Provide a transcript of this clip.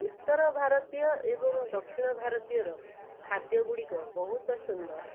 ଉତ୍ତର ଭାରତୀୟ ଏବଂ ଦକ୍ଷିଣ ଭାରତୀୟର ଖାଦ୍ୟ ଗୁଡ଼ିକ ବହୁତ ସୁନ୍ଦର